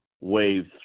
wave